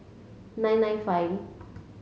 nine nine five